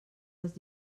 les